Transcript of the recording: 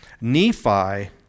Nephi